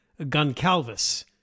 Guncalvis